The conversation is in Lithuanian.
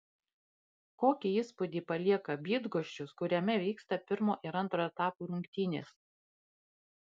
kokį įspūdį palieka bydgoščius kuriame vyksta pirmo ir antro etapo rungtynės